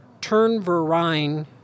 Turnverein